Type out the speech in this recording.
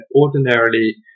ordinarily